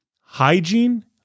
Hygiene